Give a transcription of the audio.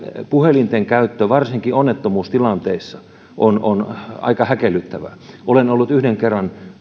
puhelinten käyttö varsinkin onnettomuustilanteissa on on aika häkellyttävää olen ollut yhden kerran